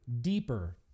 deeper